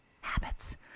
Habits